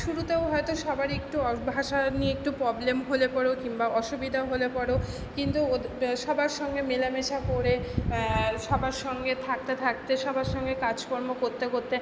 শুরুতেও হয়তো সবারই একটু ভাষা নিয়ে একটু পবলেম হলে পরেও কিম্বা অসুবিদা হলে পরেও কিন্তু সবার সঙ্গে মেলামেশা করে সবার সঙ্গে থাকতে থাকতে সবার সঙ্গে কাজকর্ম করতে করতে